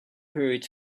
heard